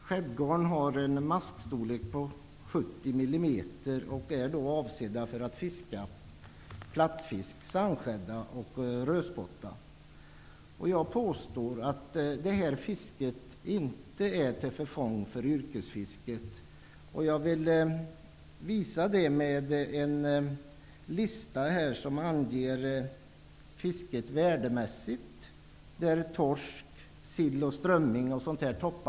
Skäddgarn har en maskstorlek på 70 millimeter och är avsedda för att fiska plattfisk, sandskädda och rödspotta med. Jag påstår att detta fiske inte är till förfång för yrkesfisket. Detta framgår av en lista som jag har här. Där anges fisket värdemässigt. Denna lista toppas av torsk, sill och strömming.